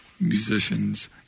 musicians